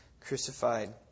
crucified